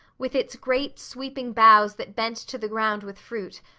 with its great sweeping boughs that bent to the ground with fruit,